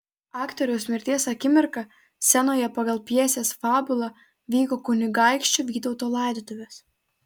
aktoriaus mirties akimirką scenoje pagal pjesės fabulą vyko kunigaikščio vytauto laidotuvės